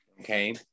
Okay